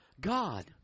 god